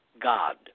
God